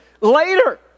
later